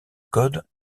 code